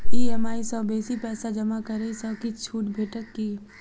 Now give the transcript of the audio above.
EMI सँ बेसी पैसा जमा करै सँ किछ छुट भेटत की?